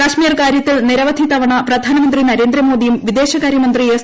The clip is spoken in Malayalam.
കശ്മീർ കാര്യത്തിൽ നിരവധി തവണ പ്രധാനമന്ത്രി നരേന്ദ്ര മോദിയും വിദേശകാര്യമന്ത്രി എസ്